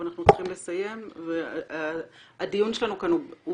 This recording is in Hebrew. אבל אנחנו צריכים לסיים והדיון שלנו כאן הוא